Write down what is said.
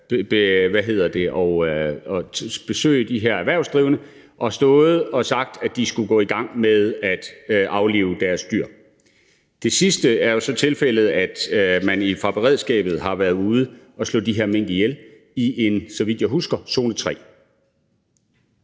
og besøgt de her erhvervsdrivende og har stået og sagt, at de skulle gå i gang med at aflive deres dyr. Med hensyn til det sidste er det jo så tilfældet, at man fra beredskabets side har været ude at slå de her mink ihjel i, så vidt jeg husker, zone 3.